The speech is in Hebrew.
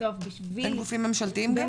בסוף בשביל --- בין גופים ממשלתיים גם?